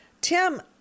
Tim